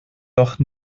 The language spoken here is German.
doch